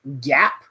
gap